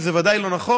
כי זה ודאי לא נכון,